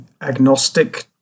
agnostic